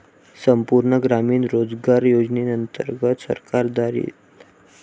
संपूर्ण ग्रामीण रोजगार योजनेंतर्गत सरकार दारिद्र्यरेषेखालील लोकांना अन्न आणि रोजगार पुरवते अशी माहिती आहे